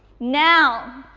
now,